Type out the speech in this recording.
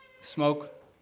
smoke